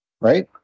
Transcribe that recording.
right